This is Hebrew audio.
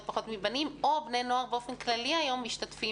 פחות מבנים או בני נוער באופן כללי היום משתתפים